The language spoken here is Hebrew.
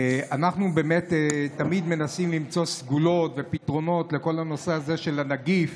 אנחנו באמת תמיד מנסים למצוא סגולות ופתרונות לכל הנושא הזה של הנגיף